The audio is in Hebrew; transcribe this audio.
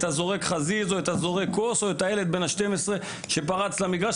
זורק חזיז או זורק כוס או ילד בן 12 שפרץ למגרש.